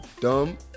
dumb